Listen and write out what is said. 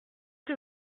que